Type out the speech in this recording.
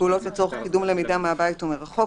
פעולות לצורך קידום למידה מהבית ומרחוק,